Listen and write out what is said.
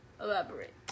Elaborate